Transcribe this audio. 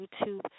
YouTube